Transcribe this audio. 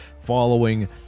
following